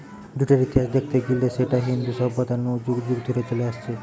জুটের ইতিহাস দেখতে গিলে সেটা ইন্দু সভ্যতা নু যুগ যুগ ধরে চলে আসছে